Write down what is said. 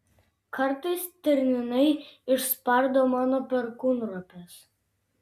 kartais stirninai išspardo mano perkūnropes